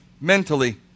mentally